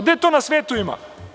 Gde to na svetu ima?